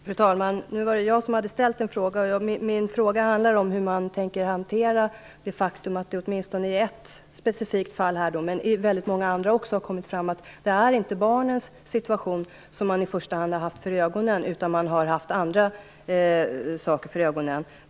Fru talman! Nu var det jag som hade ställt en fråga. Min fråga handlar om hur regeringen tänker hantera det faktum att det i åtminstone ett specifikt fall men även i många andra har framkommit att det inte är barnens situation man i första hand haft för ögonen utan andra saker.